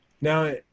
Now